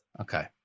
Okay